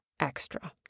Extra